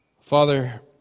Father